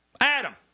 Adam